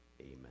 Amen